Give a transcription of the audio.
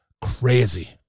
crazy